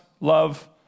love